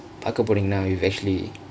பாக்க போனிங்கனா:paaka poningkanaa it's actually